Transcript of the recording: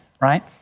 right